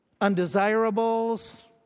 undesirables